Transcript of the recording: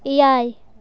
ᱮᱭᱟᱭ